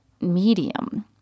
medium